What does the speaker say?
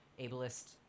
ableist